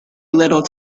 little